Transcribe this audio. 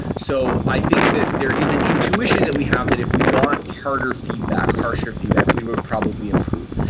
so i think that there is an intuition that we have that if we got harder feedback, harsher feedback, we would probably improve.